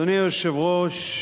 אדוני היושב-ראש,